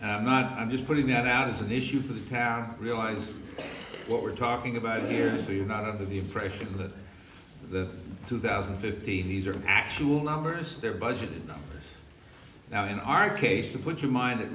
i'm not i'm just putting that out as an issue for the town realize what we're talking about here so you're not under the impression that the two thousand and fifteen years or actual numbers their budget numbers now in our case to put your mind